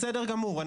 בסדר גמור,